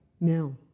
now